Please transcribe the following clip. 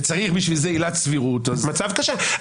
וצריך בשביל זה עילת סבירות, אז המצב קשה.